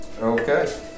Okay